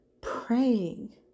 praying